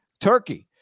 turkey